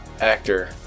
Actor